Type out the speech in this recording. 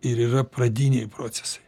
ir yra pradiniai procesai